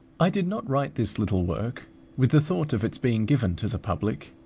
i did not write this little work with the thought of its being given to the public.